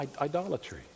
idolatry